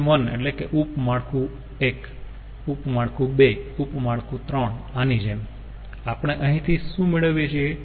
SN1 એટલે કે ઉપ માળખું 1 ઉપ માળખું 2 ઉપ માળખું 3 આની જેમ આપણે અહીંથી શું મેળવીએ છીએ